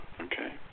Okay